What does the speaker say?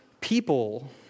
people